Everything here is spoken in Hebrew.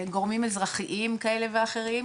וגורמים אזרחיים כאלה ואחרים,